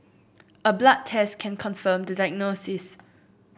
a blood test can confirm the diagnosis